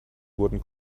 wurden